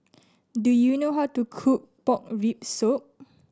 do you know how to cook pork rib soup